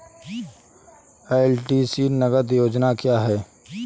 LTC नगद योजना क्या है?